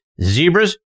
Zebras